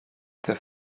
their